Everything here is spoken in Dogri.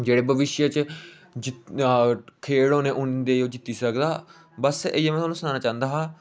जेह्ड़े भविष्य च खेढ होने उं'दे च ओह् जित्ती सकदा बस इ'यै में थुआनूं सनाना चांह्दा हा